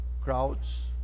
crowds